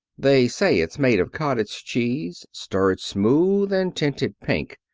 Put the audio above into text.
they say it's made of cottage cheese, stirred smooth and tinted pink.